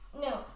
No